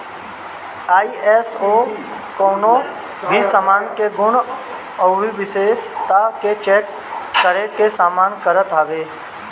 ISO कवनो भी सामान के गुण अउरी विशेषता के चेक करे के काम करत हवे